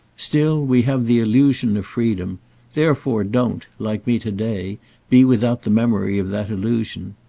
still, we have the illusion of freedom therefore don't, like me to-day, be without the memory of that illusion.